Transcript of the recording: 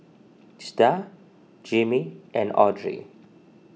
Starr Jimmy and Audrey